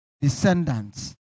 descendants